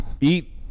eat